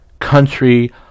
country